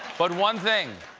but one thing,